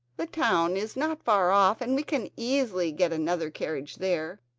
the town is not far off and we can easily get another carriage there,